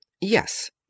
yes